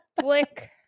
flick